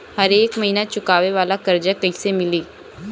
हरेक महिना चुकावे वाला कर्जा कैसे मिली?